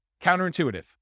Counterintuitive